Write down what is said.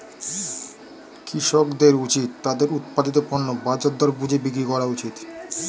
কৃষকদের উচিত তাদের উৎপাদিত পণ্য বাজার দর বুঝে বিক্রি করা উচিত